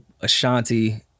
Ashanti